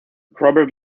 robert